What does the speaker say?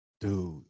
dude